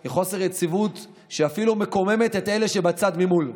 הוא חוסר יציבות שאפילו מקומם את אלה שבצד ממול.